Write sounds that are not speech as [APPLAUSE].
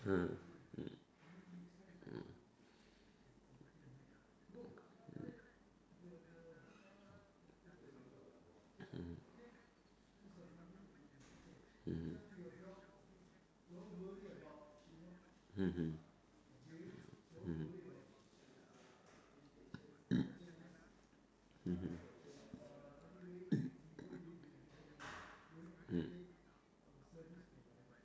uh hmm mmhmm mmhmm mmhmm [NOISE] mmhmm mmhmm